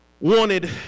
wanted